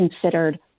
considered